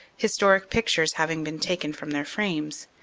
historic pictures having been taken from their frames,